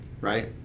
right